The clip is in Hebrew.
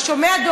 אתה שומע,